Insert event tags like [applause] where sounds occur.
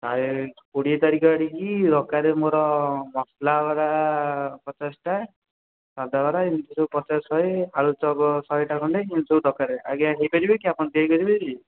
[unintelligible] କୋଡ଼ିଏ ତାରିଖ ଆଡ଼ିକି ଦରକାର ମୋର ମସଲା ବରା ପଚାଶଟା ସାଧାବରା ଏମିତି ସବୁ ପଚାଶ ଶହେ ଆଳୁଚପ୍ ଶହେଟା ଖଣ୍ଡେ ଏମିତି ସବୁ ଦରକାର ଆଜ୍ଞା ଦେଇପାରିବେ କି ଆପଣ ତିଆରି କରିପାରିବେ